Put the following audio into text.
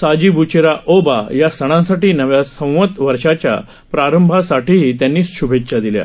सजिब्चेराओबा या सणांसाठी नव्या सवंत वर्षाच्या प्रारभासाठीही त्यांनी शुभेच्छा दिल्या आहेत